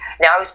Now